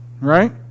right